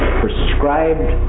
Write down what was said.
prescribed